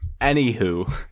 Anywho